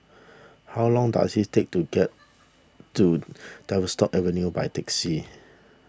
how long does it take to get to Tavistock Avenue by taxi